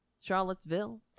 Charlottesville